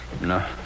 No